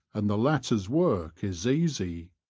and the latter's work is easy.